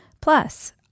Plus